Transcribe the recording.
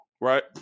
Right